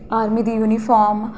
army दी uniform